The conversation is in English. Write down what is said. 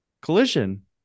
collision